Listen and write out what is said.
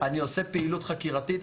אני עושה פעילות חקירתית.